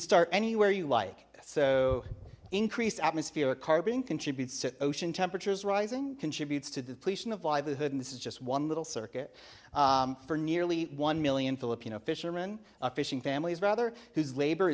start anywhere you like so increased atmospheric carbon contributes to ocean temperatures rising contributes to the depletion of livelihood and this is just one little circuit for nearly one million filipino fishermen fishing families rather whose labor